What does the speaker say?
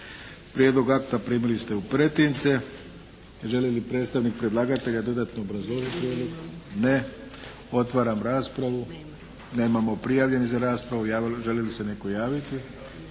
Prijedlog akta primili ste u pretince. Želi li predstavnik predlagatelja dodatno obrazložiti ovo? Ne. Otvaram raspravu. Nemamo prijavljenih za raspravu. Želi li se netko javiti? Ne.